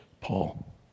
Paul